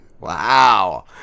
Wow